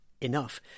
enough